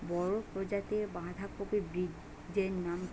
বড় প্রজাতীর বাঁধাকপির বীজের নাম কি?